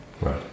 right